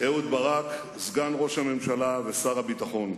אהוד ברק, סגן ראש הממשלה ושר הביטחון,